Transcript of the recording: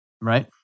Right